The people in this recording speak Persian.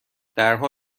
درها